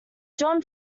john